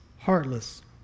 heartless